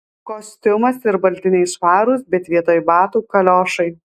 kostiumas ir baltiniai švarūs bet vietoj batų kaliošai